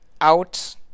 out